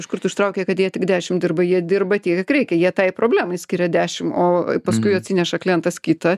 iš kur tu ištraukei kad jie tik dešimt dirba jie dirba tiek kiek reikia jie tai problemai skiria dešimt o paskui atsineša klientas kitą